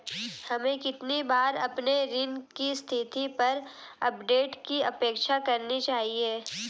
हमें कितनी बार अपने ऋण की स्थिति पर अपडेट की अपेक्षा करनी चाहिए?